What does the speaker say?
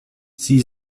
sie